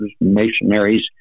missionaries